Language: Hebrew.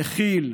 מכיל,